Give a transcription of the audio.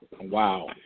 Wow